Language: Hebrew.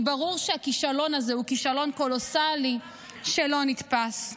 כי ברור שהכישלון הזה הוא כישלון קולוסלי שלא נתפס.